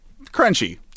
crunchy